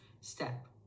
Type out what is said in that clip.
step